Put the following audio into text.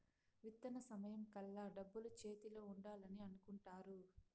విత్తన సమయం కల్లా డబ్బులు చేతిలో ఉండాలని అనుకుంటారు